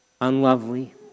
unlovely